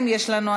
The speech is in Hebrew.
אני מבקש כלכלה.